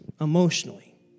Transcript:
emotionally